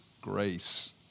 grace